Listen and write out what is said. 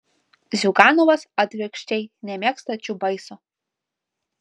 ziuganovas atvirkščiai nemėgsta čiubaiso